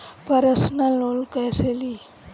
Personal loan कैसे ली?